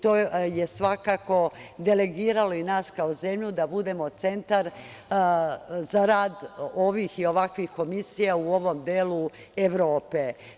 To je svakako delegiralo i nas kao zemlju da budemo centar za rad ovih i ovakvih komisija u ovom delu Evrope.